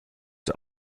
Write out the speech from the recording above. der